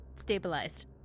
stabilized